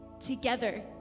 together